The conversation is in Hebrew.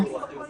פשוט